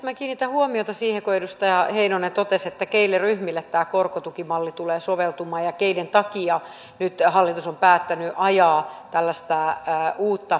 minä kiinnitin huomiota siihen kun edustaja heinonen totesi keille ryhmille tämä korkotukimalli tulee soveltumaan ja keiden takia nyt hallitus on päättänyt ajaa tällaista uutta korkotukimallia